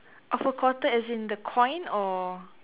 of a quarter as in the coin or